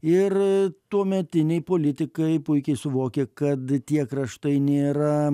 ir tuometiniai politikai puikiai suvokė kad tie kraštai nėra